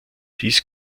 dies